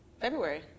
February